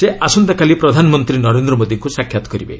ସେ ଆସନ୍ତାକାଲି ପ୍ରଧାନମନ୍ତ୍ରୀ ନରେନ୍ଦ୍ର ମୋଦିଙ୍କୁ ସାକ୍ଷାତ୍ କରିବେ